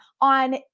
on